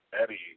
Eddie